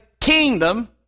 kingdom